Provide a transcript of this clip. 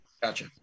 Gotcha